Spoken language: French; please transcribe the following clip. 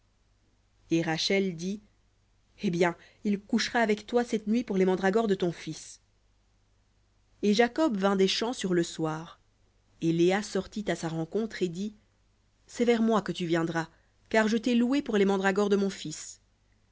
et rachel dit eh bien il couchera avec toi cette nuit pour les mandragores de ton fils et jacob vint des champs sur le soir et léa sortit à sa rencontre et dit c'est vers moi que tu viendras car je t'ai loué pour les mandragores de mon fils